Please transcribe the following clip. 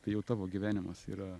tai jau tavo gyvenimas yra